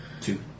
Two